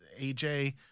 AJ